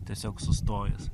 tiesiog sustojęs